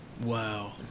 wow